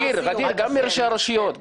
ע'דיר, גם מראשי הרשויות.